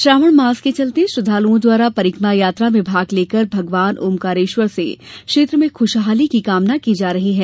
श्रावण मास के चलते श्रद्वालुओं द्वारा परिक्रमा यात्रा में भाग लेकर भगवान ओम्कारेश्वर से क्षेत्र में खुशहाली के लिए निकाली जा रही हैं